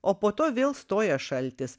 o po to vėl stoja šaltis